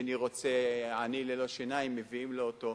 השני רוצה עני ללא שיניים, מביאים לו אותו.